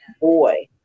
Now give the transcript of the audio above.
boy